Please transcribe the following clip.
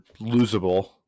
losable